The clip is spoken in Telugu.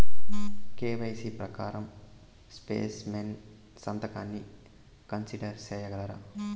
కె.వై.సి ప్రకారం స్పెసిమెన్ సంతకాన్ని కన్సిడర్ సేయగలరా?